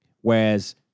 whereas